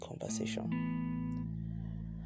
conversation